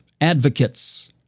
advocates